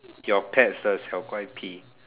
your pet's